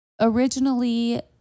originally